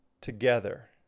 together